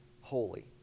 holy